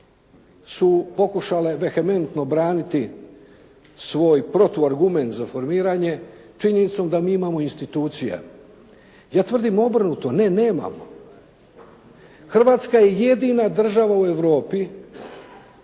su pokušale dehementno obraniti svoj protuargument za formiranje činjenicom da mi imamo institucije. Ja tvrdim obrnuto, ne nemamo. Hrvatska je jedina država u Europi,